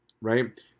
right